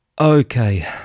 Okay